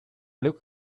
looked